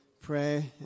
pray